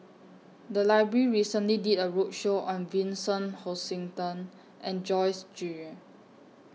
The Library recently did A roadshow on Vincent Hoisington and Joyce Jue